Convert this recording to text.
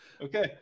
Okay